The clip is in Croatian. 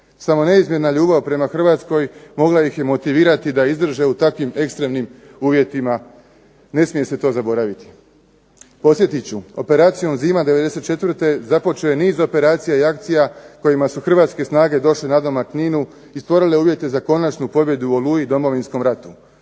Samo neizmjerna ljubav prema Hrvatskoj mogla ih je motivirati da izdrže u takvim ekstremnim uvjetima. Ne smije se to zaboraviti. Podsjetit ću operacijom "Zima" '94. započeo je niz operacija i akcija kojima su hrvatske snage došle nadomak Kninu i stvorile uvjete za konačnu pobjedu u "Oluji" i Domovinskom ratu.